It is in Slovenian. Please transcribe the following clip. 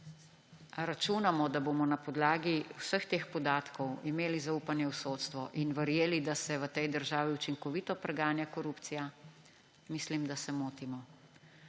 Če računamo, da bomo na podlagi vseh teh podatkov imeli zaupanje v sodstvo in verjeli, da se v tej državi učinkovito preganja korupcija, mislim, da se motimo.